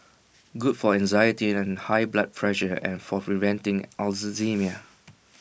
good for anxiety and high blood pressure and for preventing Alzheimer's